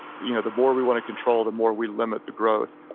you know the more we want to control, the more we limit the growth.